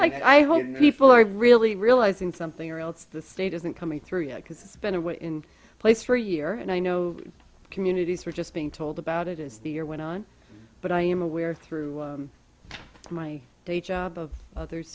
like i hope people are really realizing something or else the state isn't coming through because it's been a way in place for a year and i know communities are just being told about it as the year went on but i am aware through my day job of others